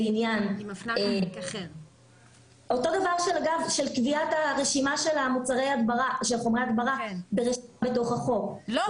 אותו הדבר בקביעת רשימת חומרי ההדברה --- לא,